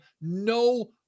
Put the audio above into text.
no